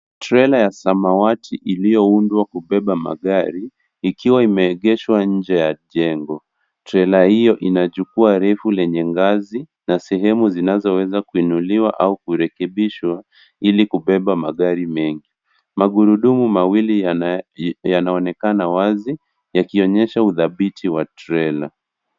Trela ya samawati iliyoundwa kubeba magari ikiwa imeegeshwa nje ya jengo. Trela hiyo ina jukwaa refu lenye ngazi na sehemu zinazoweza kuinuliwa au kurekebishwa ili kubeba magari mengi. Magurudumu mawili yanaonekana wazi, yakionyesha udhabiti wa trela.